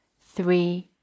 three